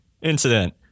incident